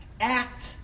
act